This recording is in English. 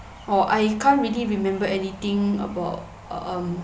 or I can't really remember anything about um